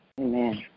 Amen